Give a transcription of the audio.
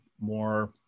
more